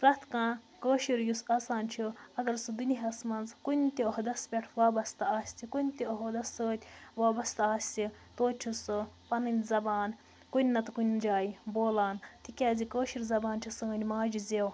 پرٛیٚتھ کانٛہہ کٲشُر یُس آسان چھُ اگر سُہ دُنیاہَس منٛز کُنہِ تہِ عہدَس پٮ۪ٹھ وابستہٕ آسہِ کُنہِ تہِ عہدَس سۭتۍ وابَستہٕ آسہِ توتہِ چھُ سُہ پَنٕنۍ زَبان کُنہِ نَہ تہٕ کُنہِ جایہِ بولان تِکیٛازِ کٲشِر زَبان چھِ سٲنۍ ماجہِ زیٚو